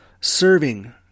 serving